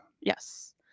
Yes